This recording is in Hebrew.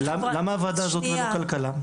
למה הוועדה הזאת ולא כלכלה?